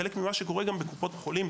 חלק ממה שקורה גם בקופות החולים,